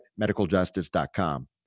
medicaljustice.com